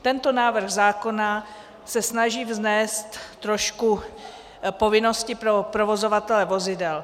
Tento návrh zákona se snaží vnést trošku povinnosti pro provozovatele vozidel.